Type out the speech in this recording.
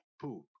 poop